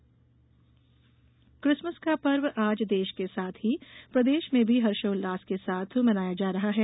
Christmas Christmas का पर्व आज देश के साथ ही प्रदेश में भी हर्षोल्लास के साथ मनाया जा रहा है